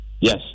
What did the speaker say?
yes